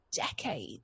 decades